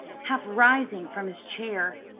half rising from his chair.